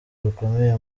rukomeye